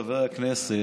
חברי הכנסת,